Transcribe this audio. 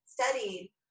studied